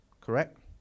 correct